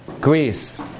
Greece